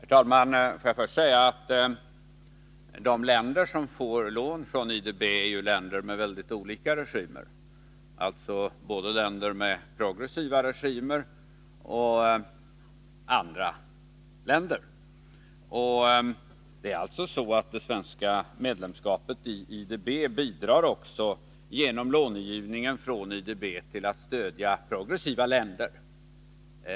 Herr talman! Låt mig börja med att säga att de länder som får lån från IDB är länder med mycket olika regimer — alltså både länder med progressiva regimer och andra länder. Det svenska medlemskapet i IDB bidrar alltså också — genom långivningen från IDB - till att stödja progressiva länder.